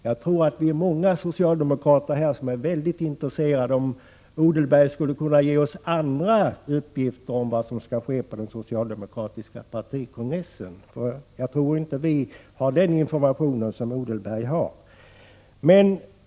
Jag tror att vi är många socialdemokrater som är intresserade, om Odenberg skulle kunna ge oss andra uppgifter om vad som skall ske på den socialdemokratiska partikongressen. Jag tror inte att vi har den information som Odenberg har.